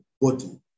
body